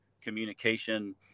communication